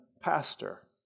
pastor